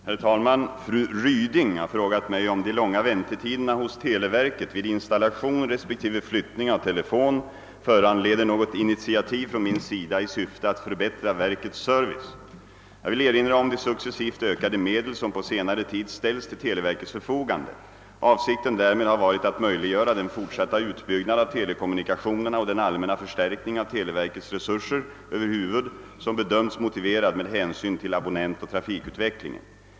Herr talman! Fru Ryding har frågat mig, om de långa väntetiderna hos televerket vid installation respektive flyttning av telefon föranleder något initiativ från min sida i syfte att förbättra verkets service. Jag vill erinra om de successivt ökade medel, som på senare tid ställts till televerkets förfogande. Avsikten därmed har varit att möjliggöra den fortsatta utbyggnad av telekommunikationerna och den allmänna förstärkning av televerkets resurser över huvud, som bedömts motiverad med hänsyn till abonnentoch trafikutvecklingen.